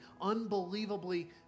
unbelievably